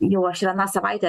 jau aš ir aną savaitę